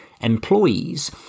employees